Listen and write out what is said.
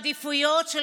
עד איפה תיקחו את האזרחים